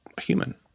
human